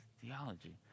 theology